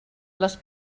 les